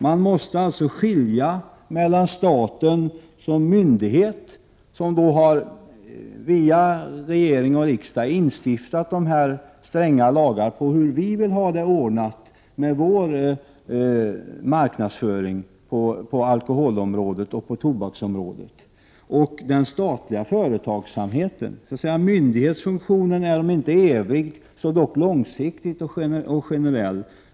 Man måste alltså skilja mellan staten som myndighet, som via regering och riksdag har stiftat de stränga lagar som uttrycker hur vi vill ha det ordnat med marknadsföringen på alkoholoch tobaksområdena, och den statliga företagsamheten. Myndighetsfunktionen är om inte evig så dock långsiktig och generell.